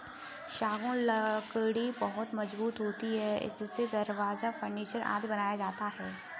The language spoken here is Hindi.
सागौन लकड़ी बहुत मजबूत होती है इससे दरवाजा, फर्नीचर आदि बनाया जाता है